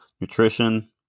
nutrition